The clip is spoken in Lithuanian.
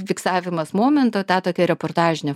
fiksavimas momento ta tokia reportažinė